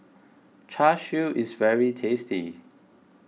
Char Siu is very tasty